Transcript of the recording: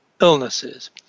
illnesses